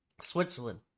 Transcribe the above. switzerland